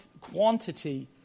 quantity